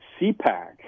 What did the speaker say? CPAC